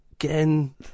Again